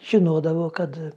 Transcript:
žinodavo kad